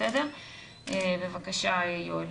בבקשה, יואל.